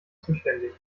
zuständig